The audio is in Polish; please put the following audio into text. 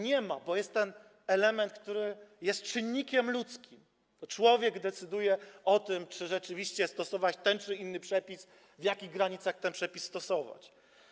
Nie ma, bo jest ten element, który jest czynnikiem ludzkim, to człowiek decyduje o tym, czy rzeczywiście stosować ten czy inny przepis, w jakich granicach ten przepis stosować.